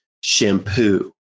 shampoo